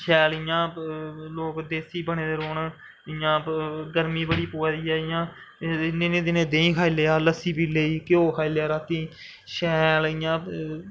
शैल इ'यां लोग देस्सी बने दे रौह्न इयां गर्मी बड़ा पवा दी ऐ इ'यां इ'नैं दिनें देहीं खाई लेई लस्सी पी लेई घ्यो खाई लेआ रातीं शैल इ'यां